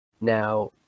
now